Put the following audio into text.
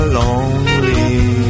lonely